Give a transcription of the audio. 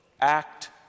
act